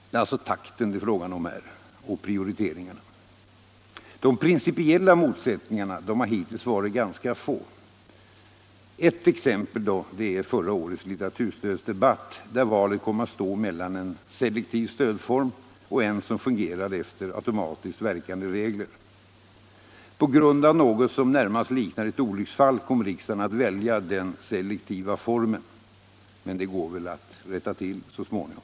Det är alltså här fråga om takten och prioriteringarna. De principiella motsättningarna har hittills varit ganska få. Ett exempel är förra vårens litteraturstödsdebatt, där valet kom att stå mellan en selektiv stödform och en som fungerade efter automatiskt verkande regler. På grund av något som närmast liknar ett olycksfall kom riksdagen att välja den selektiva formen — men det går väl att rätta till så småningom.